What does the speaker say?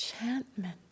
enchantment